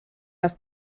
have